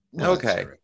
Okay